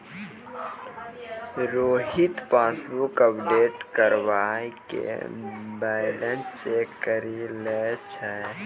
Rohit passbook update करबाय के balance check करि लै छै